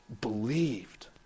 believed